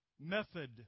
method